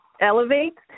Elevate